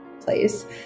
place